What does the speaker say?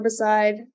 herbicide